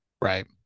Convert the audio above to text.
Right